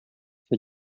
for